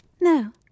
No